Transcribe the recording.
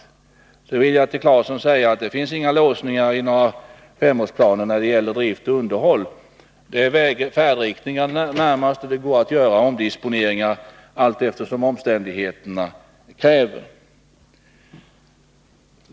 Sedan vill jag till Tore Claeson säga att det inte finns några låsningar i femårsplanerna när det gäller drift och underhåll. Det går att göra omdisponeringar, allteftersom omständigheterna så kräver.